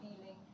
feeling